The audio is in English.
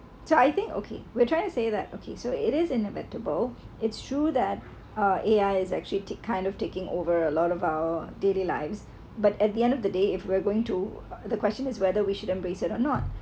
so I think okay we're trying to say that okay so it is inevitable it's true that uh A_I is actually take kind of taking over a lot of our daily lives but at the end of the day if we're going to the question is whether we should embrace it or not